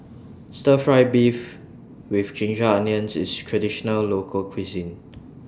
Stir Fry Beef with Ginger Onions IS A Traditional Local Cuisine